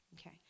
Okay